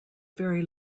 very